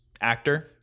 actor